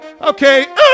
Okay